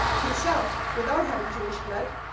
himself, without having jewish blood.